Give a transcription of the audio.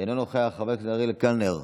אינו נוכח, חבר הכנסת אריאל קלנר,